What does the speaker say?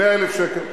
100,000 שקל.